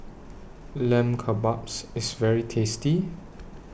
Lamb Kebabs IS very tasty